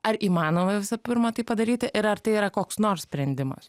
ar įmanoma visų pirma tai padaryti ir ar tai yra koks nors sprendimas